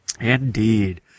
indeed